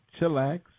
chillax